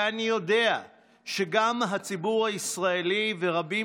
ואני יודע שגם הציבור הישראלי ורבים